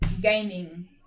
gaming